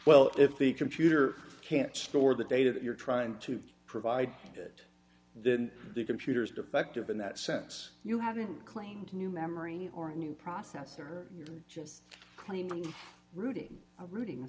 well if the computer can't store the data that you're trying to provide it then the computer is defective in that sense you having claimed a new memory or a new processor you just cleaned routing routing